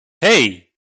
hey